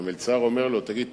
והמלצר אומר לו: תגיד,